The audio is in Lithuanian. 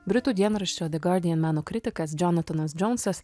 britų dienraščio the guardian meno kritikas džonatanas džonsas